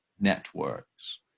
networks